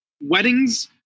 Weddings